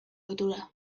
ohitura